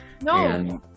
No